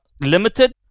limited